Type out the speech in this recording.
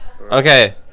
Okay